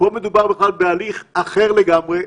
פה מדובר בכלל בהליך אחר לגמרי,